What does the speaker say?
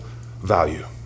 value